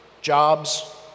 jobs